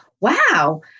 wow